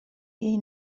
jej